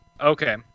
Okay